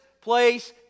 place